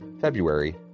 February